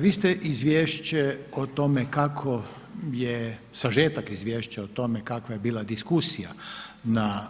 Viste izvješće o tome kako je, sažetak izvješća kakva je bila diskusija na